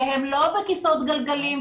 שהם לא בכיסאות גלגלים,